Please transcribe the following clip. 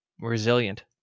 resilient